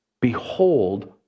Behold